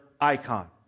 icon